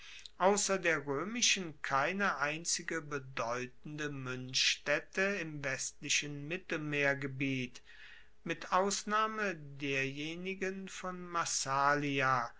ausser der roemischen keine einzige bedeutende muenzstaette im westlichen mittelmeergebiet mit ausnahme derjenigen von massalia